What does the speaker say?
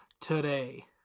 today